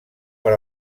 per